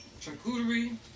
charcuterie